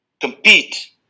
compete